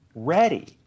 Ready